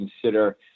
consider